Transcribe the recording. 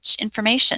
information